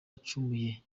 ari